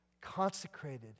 Consecrated